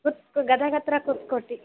ಕುರ್ತ್ಕ್ ಗದಗ ಹತ್ತಿರ ಕುರ್ತಕೋಟಿ